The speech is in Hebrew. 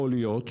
יכול להיות,